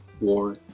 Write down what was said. war